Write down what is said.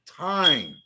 time